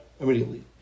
immediately